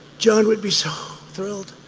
john would be so thrilled.